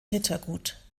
rittergut